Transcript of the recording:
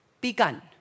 begun